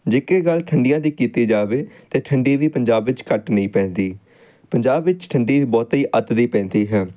ਜੇਕਰ ਗੱਲ ਠੰਡੀਆਂ ਦੀ ਕੀਤੀ ਜਾਵੇ ਤਾਂ ਠੰਡ ਵੀ ਪੰਜਾਬ ਵਿੱਚ ਘੱਟ ਨਹੀਂ ਪੈਂਦੀ ਪੰਜਾਬ ਵਿੱਚ ਠੰਡ ਬਹੁਤ ਅੱਤ ਦੀ ਪੈਂਦੀ ਹੈ